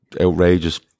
outrageous